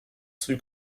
sui